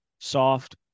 soft